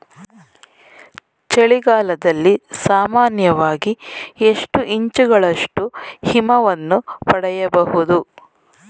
ಚಳಿಗಾಲದಲ್ಲಿ ಸಾಮಾನ್ಯವಾಗಿ ಎಷ್ಟು ಇಂಚುಗಳಷ್ಟು ಹಿಮವನ್ನು ಪಡೆಯಬಹುದು?